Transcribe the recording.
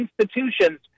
institutions